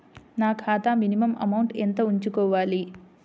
నా ఖాతా minimum amount ఎంత ఉంచుకోవాలి?